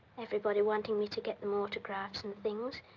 everybody wanting me to get them autographs and things.